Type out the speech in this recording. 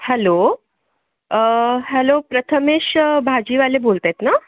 hello hello Prathamesh भाजीवाले बोलतायत ना